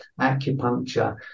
acupuncture